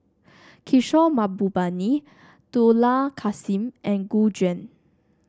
Kishore Mahbubani Dollah Kassim and Gu Juan